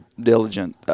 diligent